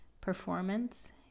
Performance